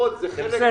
זה חלק מן האופי שלי.